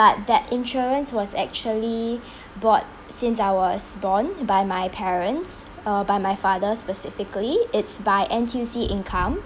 but that insurance was actually bought since I was born by my parents uh by my father specifically it's by N_T_U_C income